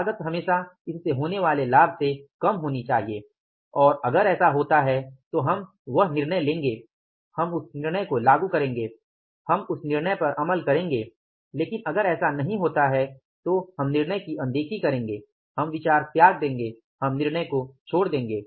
लागत हमेशा इससे होने वाले लाभ से कम होनी चाहिए और अगर ऐसा होता है तो हम वह निर्णय लेंगे हम उस निर्णय को लागू करेंगे हम उस निर्णय पर अमल करेंगे लेकिन अगर ऐसा नहीं होता है तो हम निर्णय की अनदेखी करेंगे हम विचार त्याग देंगे हम निर्णय को छोड़ देंगे